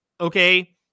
Okay